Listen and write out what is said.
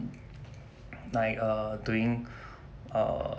like er doing er